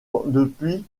depuis